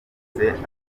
abayobozi